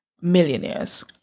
millionaires